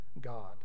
God